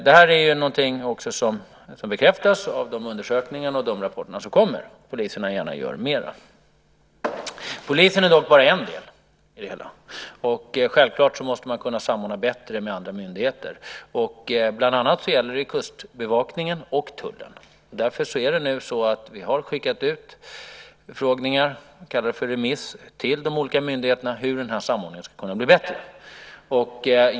Det här är någonting som också bekräftas av de undersökningar och de rapporter som kommer, att poliserna gärna gör mera. Polisen är dock bara en del i det hela. Självklart måste man kunna samordna bättre med andra myndigheter. Bland annat gäller det kustbevakningen och tullen. Därför har vi nu skickat ut förfrågningar, vi kallar det för "remiss", till de olika myndigheterna om hur den här samordningen ska kunna bli bättre.